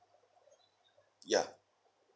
ya